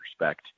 respect